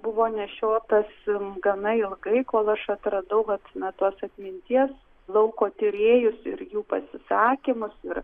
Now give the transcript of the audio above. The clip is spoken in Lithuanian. buvo nešiotas gana ilgai kol aš atradau vat na tuos atminties lauko tyrėjus ir jų pasisakymus ir